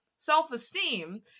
self-esteem